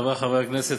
חברי חברי הכנסת,